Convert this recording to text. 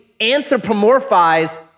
anthropomorphize